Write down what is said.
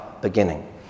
beginning